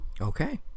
Okay